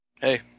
hey